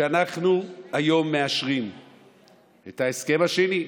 כשאנחנו היום מאשרים את ההסכם השני,